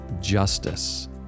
justice